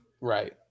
Right